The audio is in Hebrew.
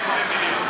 120 מיליון.